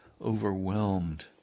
overwhelmed